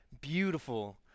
Beautiful